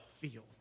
feel